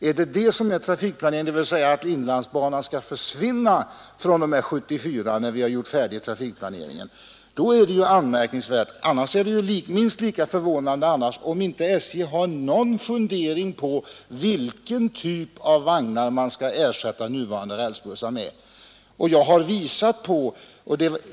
Innebär trafikplaneringen att inlandsbanan skall försvinna fr.o.m. 1974, när trafikplaneringen är färdig? Minst lika förvånande är det om inte SJ har någon fundering på vilken typ av vagnar som skall ersätta de nuvarande rälsbussarna.